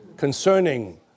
concerning